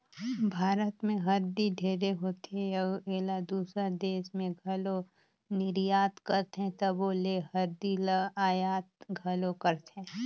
भारत में हरदी ढेरे होथे अउ एला दूसर देस में घलो निरयात करथे तबो ले हरदी ल अयात घलो करथें